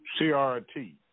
CRT